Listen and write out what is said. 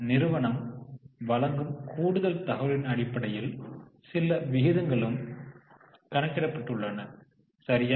நிறுவனம் வழங்கும் கூடுதல் தகவல்களின் அடிப்படையில் சில விகிதங்களும் கணக்கிடப்பட்டுள்ளன சரியா